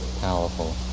powerful